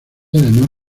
además